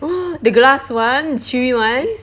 the glass one the chewy one